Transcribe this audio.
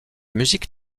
musique